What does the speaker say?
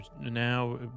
now